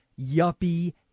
yuppie